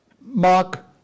Mark